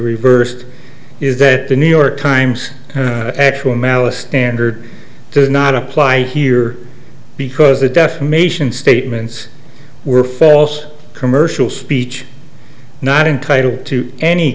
reversed is that the new york times actual malice standard does not apply here because the defamation statements were fell's commercial speech not entitled to any